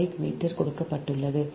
5 metre கொடுக்கப்பட்டுள்ளது